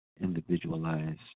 individualized